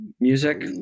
music